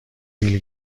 بیل